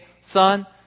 Son